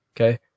okay